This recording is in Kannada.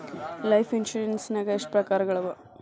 ಲೈಫ್ ಇನ್ಸುರೆನ್ಸ್ ನ್ಯಾಗ ಎಷ್ಟ್ ಪ್ರಕಾರ್ಗಳವ?